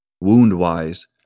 wound-wise